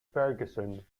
ferguson